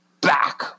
back